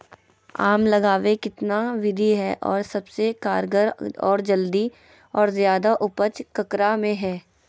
आम लगावे कितना विधि है, और सबसे कारगर और जल्दी और ज्यादा उपज ककरा में है?